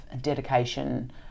dedication